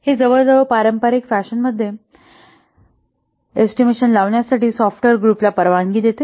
हे जवळजवळ पारंपारिक फॅशनमध्ये एस्टिमेशन लावण्यासाठी सॉफ्टवेअर ग्रुपला परवानगी देते